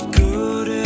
good